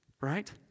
Right